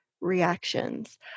reactions